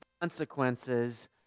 consequences